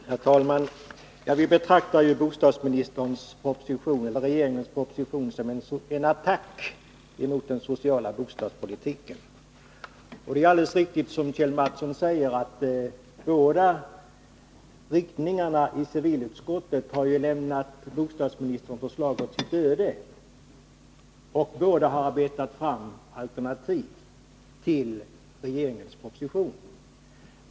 Herr talman! Vi betraktar ju bostadsministerns och regeringens proposition som en attack mot den sociala bostadspolitiken. Det är alldeles riktigt, som Kjell Mattsson säger, att båda riktningarna i civilutskottet har lämnat bostadsministerns förslag åt sitt öde och utarbetat var sitt alternativ till regeringens proposition.